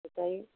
बताइए